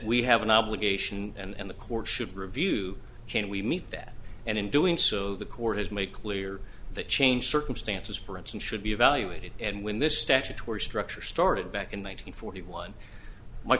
we have an obligation and the court should review can we meet that and in doing so the court has made clear that change circumstances for instance should be evaluated and when this statutory structure started back in one nine hundred forty one my